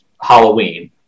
Halloween